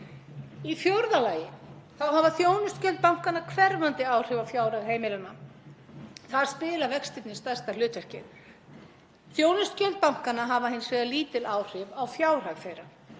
Í fjórða lagi hafa þjónustugjöld bankanna hverfandi áhrif á fjárhag heimilanna. Þar spila vextirnir stærsta hlutverkið. Þjónustugjöld bankanna hafa hins vegar lítil áhrif á fjárhag